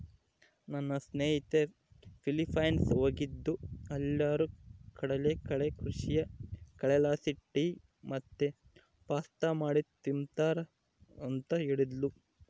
ನನ್ನ ಸ್ನೇಹಿತೆ ಫಿಲಿಪೈನ್ಸ್ ಹೋಗಿದ್ದ್ಲು ಅಲ್ಲೇರು ಕಡಲಕಳೆ ಕೃಷಿಯ ಕಳೆಲಾಸಿ ಟೀ ಮತ್ತೆ ಪಾಸ್ತಾ ಮಾಡಿ ತಿಂಬ್ತಾರ ಅಂತ ಹೇಳ್ತದ್ಲು